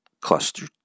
cluster